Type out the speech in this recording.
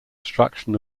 destruction